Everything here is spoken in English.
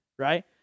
right